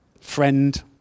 friend